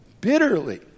bitterly